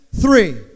three